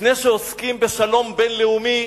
לפני שעוסקים בשלום בין-לאומי,